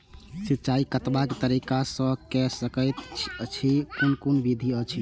सिंचाई कतवा तरीका स के कैल सकैत छी कून कून विधि अछि?